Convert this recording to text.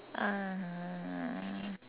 (uh huh)